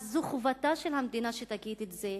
אז זו חובתה של המדינה להגיד את זה,